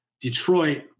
Detroit